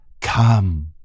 come